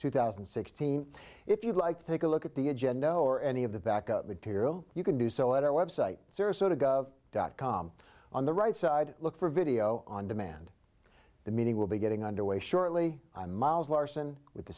two thousand and sixteen if you like think a look at the agenda or any of the back up material you can do so at our website dot com on the right side look for video on demand the meeting will be getting underway shortly i'm miles larson with the